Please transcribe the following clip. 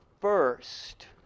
first